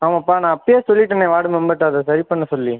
ஆமாம்ப்பா நான் அப்போயே சொல்லிவிட்டேனே வார்டு மெம்பர்கிட்ட அதை சரி பண்ண சொல்லி